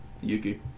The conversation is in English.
Yuki